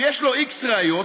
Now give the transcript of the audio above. שיש לו x ראיות,